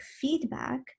feedback